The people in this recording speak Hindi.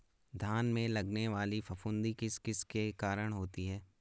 धान में लगने वाली फफूंदी किस किस के कारण होती है?